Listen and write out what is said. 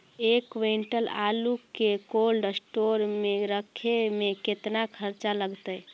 एक क्विंटल आलू के कोल्ड अस्टोर मे रखे मे केतना खरचा लगतइ?